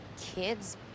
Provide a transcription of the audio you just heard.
kids